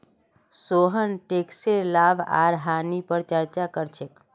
सोहन टैकसेर लाभ आर हानि पर चर्चा कर छेक